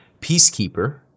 peacekeeper